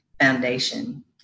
Foundation